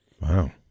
Wow